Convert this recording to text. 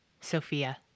Sophia